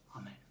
Amen